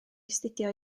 astudio